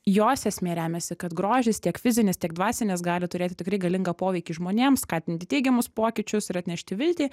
jos esmė remiasi kad grožis tiek fizinis tiek dvasinis gali turėti tikrai galingą poveikį žmonėms skatinti teigiamus pokyčius ir atnešti viltį